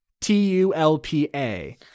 T-U-L-P-A